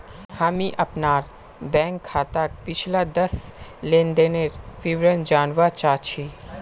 हामी अपनार बैंक खाताक पिछला दस लेनदनेर विवरण जनवा चाह छि